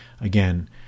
Again